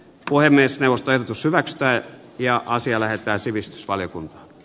puhemiesneuvoston pysyvästä ja asia lähettää sivistysvaliokunta